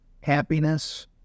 happiness